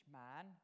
man